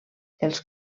els